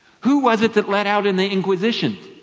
who was it that led out in the inquisitions?